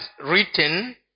written